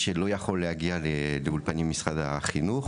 שלא יכול להגיע לאולפנים של משרד החינוך,